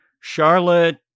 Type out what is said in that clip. Charlotte